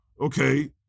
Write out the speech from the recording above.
Okay